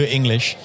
English